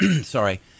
sorry